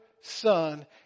Son